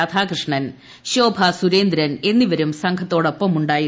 രാധാകൃഷ്ണൻ ശോഭസൂരേന്ദ്രൻ എന്നിവരും സംഘത്തോടൊ പ്പമുണ്ടായിരുന്നു